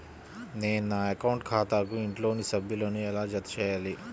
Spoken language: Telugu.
నేను నా అకౌంట్ ఖాతాకు ఇంట్లోని సభ్యులను ఎలా జతచేయాలి?